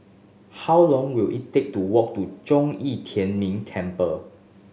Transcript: how long will it take to walk to Zhong Yi Tian Ming Temple